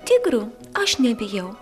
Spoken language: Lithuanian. tigrų aš nebijau